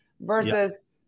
versus